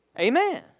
Amen